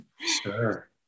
Sure